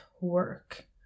work